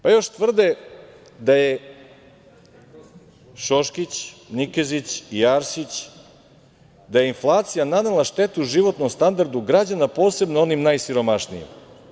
Pa još tvrde Šoškić, Nikezić i Arsić da je inflacija nanela štetu životnom standardu građana, posebno onim najsiromašnijim.